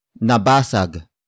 nabasag